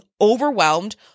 overwhelmed